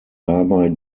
dabei